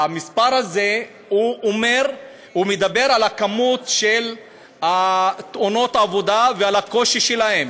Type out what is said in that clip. המספר הזה מעיד על המספר של תאונות העבודה ועל הקושי שלהן.